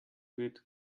geht